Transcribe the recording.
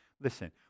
listen